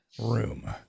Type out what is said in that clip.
Room